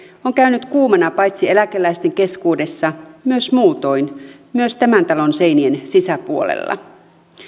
on käynyt kuumana paitsi eläkeläisten keskuudessa myös muutoin myös tämän talon seinien sisäpuolella